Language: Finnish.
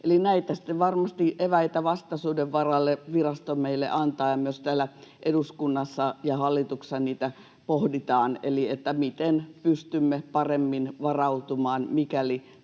Eli näitä eväitä varmasti vastaisuuden varalle virasto meille antaa, ja myös täällä eduskunnassa ja hallituksessa niitä pohditaan: miten pystymme paremmin varautumaan, mikäli